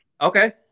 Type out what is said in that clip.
Okay